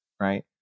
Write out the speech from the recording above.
right